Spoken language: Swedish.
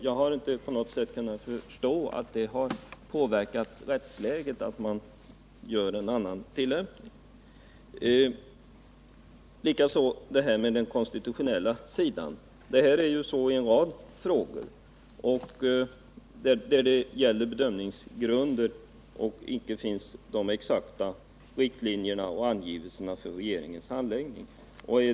Jag kan inte förstå att den omständigheten att man gör en annan tolkning har påverkat rättsläget. Detsamma gäller den konstitutionella sidan. Det är ju så här i en rad frågor där man har att göra bedömningar och några exakta riktlinjer för regeringens handläggning inte finns.